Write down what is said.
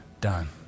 done